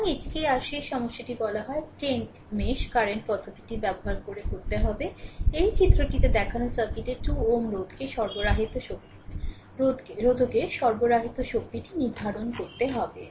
সুতরাং এটিকেই আর শেষ সমস্যাটি বলা হয় 10 মেশ কারেন্ট পদ্ধতিটি ব্যবহার করতে হবে এই চিত্রটি দেখানো সার্কিটের 2 Ω রোধকে সরবরাহিত শক্তিটি নির্ধারণ করতে হবে